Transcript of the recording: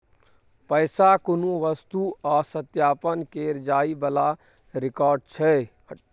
पैसा कुनु वस्तु आ सत्यापन केर जाइ बला रिकॉर्ड छै